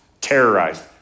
terrorized